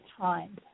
time